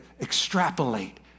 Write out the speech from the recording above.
extrapolate